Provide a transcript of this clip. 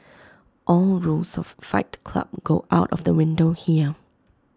all rules of fight club go out of the window here